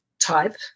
type